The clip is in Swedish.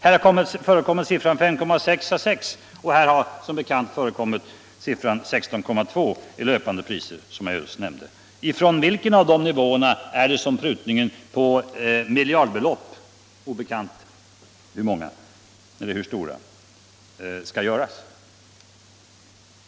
Här har förekommit siffran 5,6 å 6 miljarder, och här har förekommit siffran 16,2 miljarder i löpande priser, som jag nyss nämnde. Från vilken av dessa nivåer är det som prutningen på miljardbelopp — obekant hur stora — skall göras?